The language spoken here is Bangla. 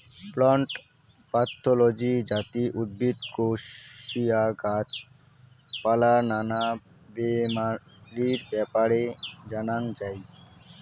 প্লান্ট প্যাথলজি যাতি উদ্ভিদ, কোশিয়া, গাছ পালার নানা বেমারির ব্যাপারে জানাঙ যাই